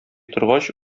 торгач